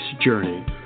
journey